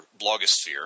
blogosphere